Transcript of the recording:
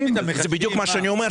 זה בדיוק מה שאני אומר.